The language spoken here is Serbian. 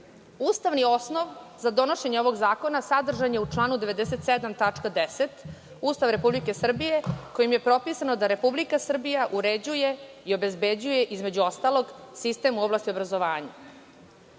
osnov za donošenje ovog zakona sadržan je u članu 97. tačka 10) Ustava Republike Srbije, kojom je propisano da Republika Srbija uređuje i obezbeđuje, između ostalog, sistem u oblasti obrazovanja. Zakon